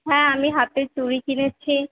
হ্যাঁ আমি হাতের চুড়ি কিনেছি